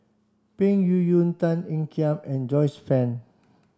Peng Yuyun Tan Ean Kiam and Joyce Fan